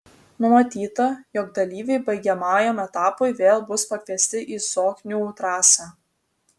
numatyta jog dalyviai baigiamajam etapui vėl bus pakviesti į zoknių trasą